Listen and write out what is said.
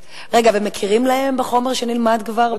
מכירים להם בחומר שנלמד כבר?